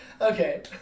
okay